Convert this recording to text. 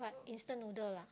what instant noodle ah